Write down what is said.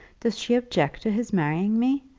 does she object to his marrying me?